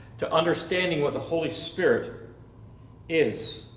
to understanding what the holy spirit is.